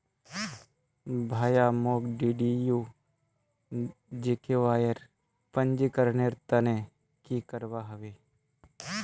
भाया, मोक डीडीयू जीकेवाईर पंजीकरनेर त न की करवा ह बे